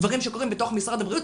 דברים שקורים בתוך משרד הבריאות,